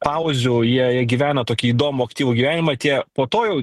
pauzių jie gyvena tokį įdomų aktyvų gyvenimą tie po to jau